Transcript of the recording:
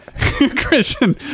christian